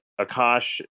Akash